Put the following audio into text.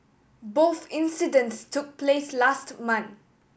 both incidents took place last month